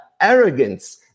arrogance